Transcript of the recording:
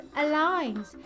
aligns